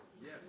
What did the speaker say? Yes